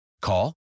Call